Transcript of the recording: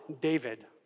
David